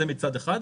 זה מצד אחד.